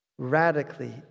Radically